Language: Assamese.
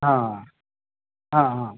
অঁ অঁ অঁ